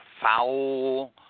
foul